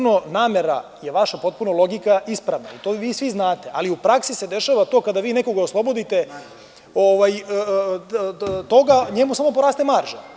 Namera vaša je potpuna logika ispravna i to i vi svi znate, ali u praksi se dešava to kada vi nekoga oslobodite toga, njemu samo poraste marža.